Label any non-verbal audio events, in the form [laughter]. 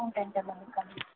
[unintelligible]